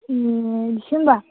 ए बिदिसो होनबा